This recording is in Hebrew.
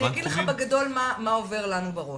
אני אגיד לך בגדול מה עובר לנו בראש,